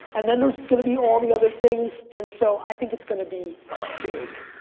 and then there's going to be all the other things. and so i think it's going to be big.